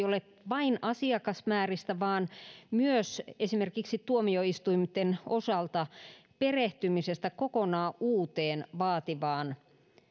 ole vain asiakasmääristä vaan myös esimerkiksi tuomioistuinten osalta perehtymisestä kokonaan uuteen vaativaan